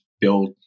build